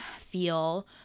feel